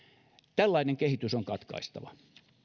tällainen kehitys on katkaistava